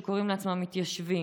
שקוראים לעצמם מתיישבים,